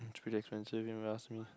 it's really expensive you never ask me